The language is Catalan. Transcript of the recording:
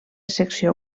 secció